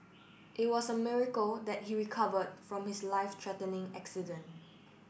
it was a miracle that he recovered from his life threatening accident